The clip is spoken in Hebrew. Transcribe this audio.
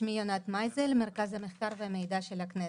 שמי יונת מייזל, ממרכז המחקר והמידע של הכנסת.